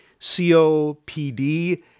COPD